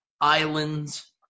islands